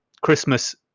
Christmas